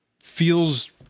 feels